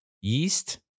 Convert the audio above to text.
yeast